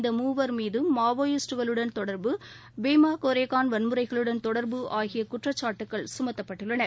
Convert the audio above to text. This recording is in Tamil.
இந்த மூவர் மீதும் மாவோயிஸ்டுகளுடன் தொடர்பு பீமா கோரேகான் வன்முறைகளுடன் தொடர்பு ஆகிய குற்றச்சாட்டுகள் சுமத்தப்பட்டுள்ளன